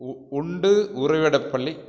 உ உண்டு உறைவிடப் பள்ளி